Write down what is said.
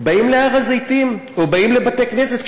באים להר-הזיתים או באים לבתי-כנסת,